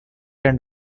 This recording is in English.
and